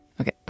Okay